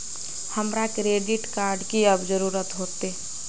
हमरा credit card की कब जरूरत होते?